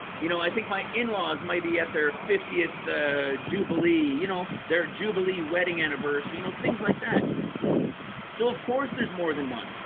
you know, i think my in-laws might be at their fiftieth, ah jubilee, you know their jubilee wedding anniversary, you know, things like that so, of course, there's more than one,